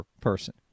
person